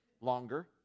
Longer